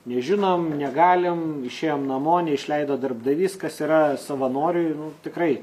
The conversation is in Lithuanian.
nežinom negalim išėjom namo neišleido darbdavys kas yra savanoriui nu tikrai